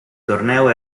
torneo